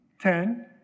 Ten